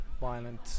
violent